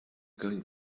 going